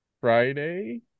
Friday